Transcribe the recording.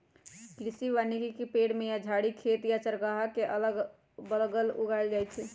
कृषि वानिकी में पेड़ या झाड़ी खेत या चारागाह के अगल बगल उगाएल जाई छई